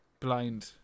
Blind